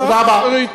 הצעה חברית.